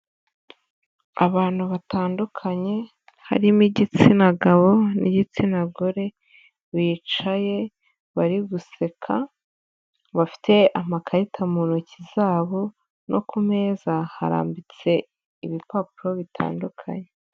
Abantu batandukanye, harimo igitsina gabo n'igitsina gore, bicaye, bari guseka, bafite amakarita mu ntoki zabo no ku meza harambitse ibipapuro bitandukanye.